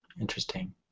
Interesting